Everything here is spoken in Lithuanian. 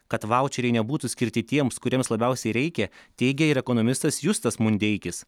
kad vaučeriai nebūtų skirti tiems kuriems labiausiai reikia teigia ir ekonomistas justas mundeikis